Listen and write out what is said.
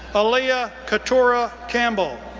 ah alia keturah campbell,